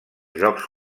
jocs